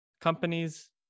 companies